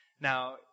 Now